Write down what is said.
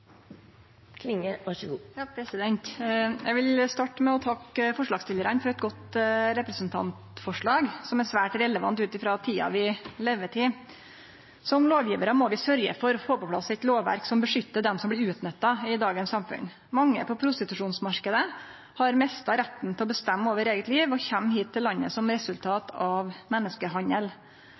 svært relevant ut frå tida vi lever i. Som lovgjevarar må vi sørgje for å få på plass eit lovverk som beskyttar dei som blir utnytta i dagens samfunn. Mange på prostitusjonsmarknaden har mista retten til å bestemme over eige liv og kjem hit til landet som resultat av menneskehandel.